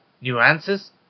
nuances